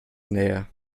näher